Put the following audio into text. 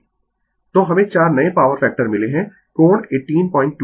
तो हमें चार नए पॉवर फैक्टर मिले है कोण 182 o है